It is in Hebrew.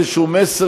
אדוני,